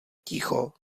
ticho